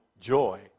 joy